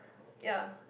ya